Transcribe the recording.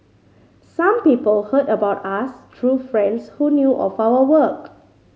some people heard about us through friends who knew of our work